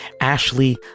Ashley